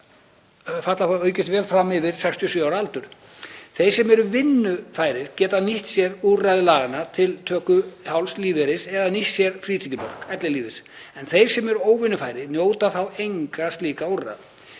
Þeir sem eru vinnufærir geta nýtt sér úrræði laganna til töku hálfs lífeyris eða nýtt sér frítekjumörk ellilífeyris en þeir sem eru óvinnufærir njóta þá engra slíkra úrræða.